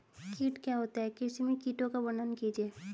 कीट क्या होता है कृषि में कीटों का वर्णन कीजिए?